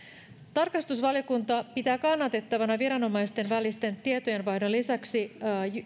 tarkastusvaliokunta pitää kannatettavana viranomaisten välisten tietojenvaihdon lisäksi